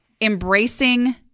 embracing